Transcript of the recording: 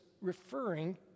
referring